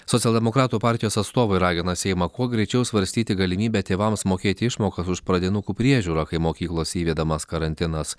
socialdemokratų partijos atstovai ragina seimą kuo greičiau svarstyti galimybę tėvams mokėti išmokas už pradinukų priežiūrą kai mokyklose įvedamas karantinas